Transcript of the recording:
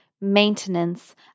maintenance